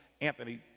Anthony